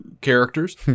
characters